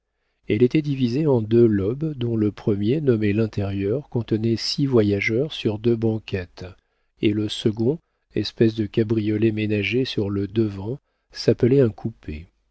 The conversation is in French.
elle était divisée en deux lobes dont le premier nommé l'intérieur contenait six voyageurs sur deux banquettes et le second espèce de cabriolet ménagé sur le devant s'appelait un coupé